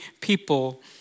people